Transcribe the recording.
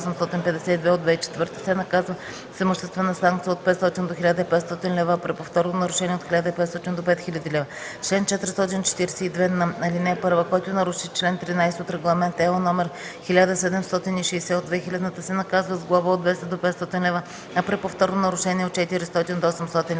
852/2004, се наказва с имуществена санкция от 500 до 1500 лв., а при повторно нарушение – от 1500 до 5000 лв. Чл. 442н. (1) Който наруши чл. 13 от Регламент (ЕО) № 1760/2000, се наказва с глоба от 200 до 500 лв., а при повторно нарушение от 400 до 800 лв.